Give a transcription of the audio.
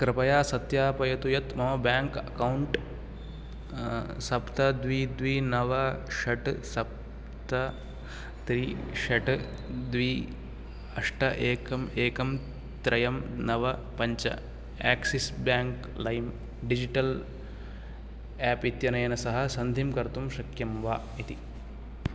कृपया सत्यापयतु यत् मम ब्याङ्क् अक्कौण्ट् सप्त द्वि द्वि नव षट् सप्त त्रि षट् द्वि अष्ट एकम् एकं त्रयं नव पञ्च आक्सिस् ब्याङ्क् लैम् डिजिटल् ऐप् इत्यनेन सह सन्धिं कर्तुं शक्यं वा इति